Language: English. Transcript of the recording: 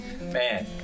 man